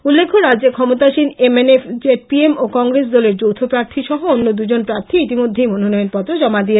উল্লেখ্য রাজ্যে ক্ষমতাসীন M N F Z P M ও কংগ্রেস দলের যৌথ প্রার্থী সহ অন্য দুজন প্রার্থী ইতিমধ্যেই মনোনয়ন পত্র জমা দেন